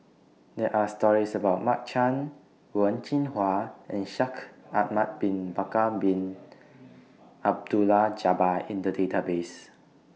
There Are stories about Mark Chan Wen Jinhua and Shaikh Ahmad Bin Bakar Bin Abdullah Jabbar in The Database